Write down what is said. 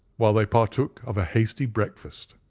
while they partook of a hasty breakfast.